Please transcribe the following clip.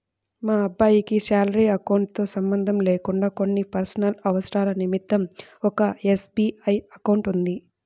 మా అబ్బాయికి salary account తో సంబంధం లేకుండా కొన్ని పర్సనల్ అవసరాల నిమిత్తం ఒక ఎస్.బీ.ఐ అకౌంట్ ఉంది